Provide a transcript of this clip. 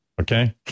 Okay